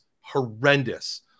horrendous